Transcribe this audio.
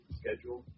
schedule